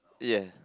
ya